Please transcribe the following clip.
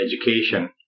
education